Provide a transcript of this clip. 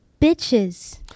bitches